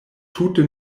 tute